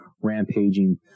rampaging